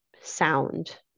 sound